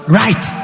right